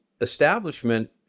establishment